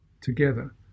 together